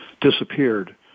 disappeared